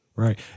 Right